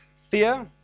fear